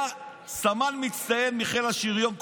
היה סמל מצטיין מחיל השריון,